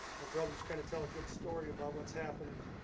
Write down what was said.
my brothers kind of tell a good story about what's happened?